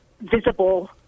visible